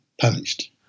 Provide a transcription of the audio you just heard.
punished